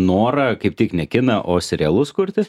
norą kaip tik ne kiną o serialus kurti